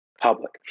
public